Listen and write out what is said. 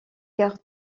cartes